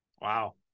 Wow